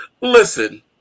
listen